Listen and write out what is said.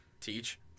Teach